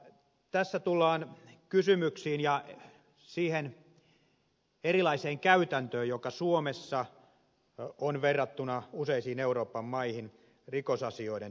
tässä tullaan siihen erilaiseen käytäntöön joka suomessa on verrattuna useisiin euroopan maihin rikosasioiden tutkinnassa